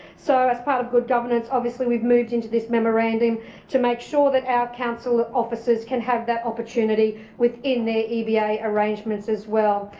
so as part of good governance obviously we've moved into this memorandum to make sure that ah council officers can have that opportunity within their eba arrangements as well.